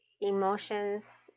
emotions